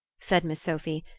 said miss sophy,